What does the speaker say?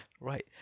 right